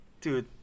Dude